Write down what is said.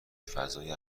فضای